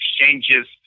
exchanges